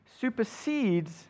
supersedes